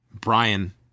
Brian